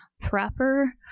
proper